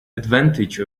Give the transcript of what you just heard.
advantage